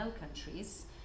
countries